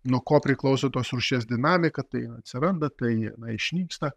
nuo ko priklauso tos rūšies dinamika tai atsiranda tai išnyksta